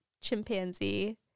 Chimpanzee